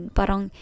parang